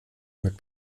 mit